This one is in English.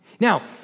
Now